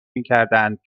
میکردند